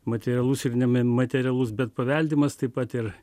materialus ir nematerialus bet paveldimas taip pat ir